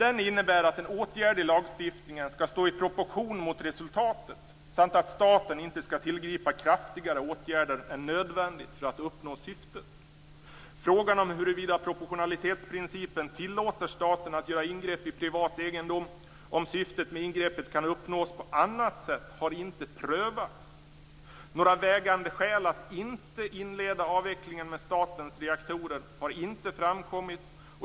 Den innebär att en åtgärd i lagstiftningen skall stå i proportion till resultatet samt att staten inte skall tillgripa kraftigare åtgärder än nödvändigt för att uppnå syftet. Frågan om huruvida proportionalitetsprincipen tillåter staten att göra ingrepp i privat egendom, om syftet med ingreppet kan uppnås på annat sätt, har inte prövats. Några vägande skäl att inte inleda avvecklingen med statens reaktorer har inte framkommit.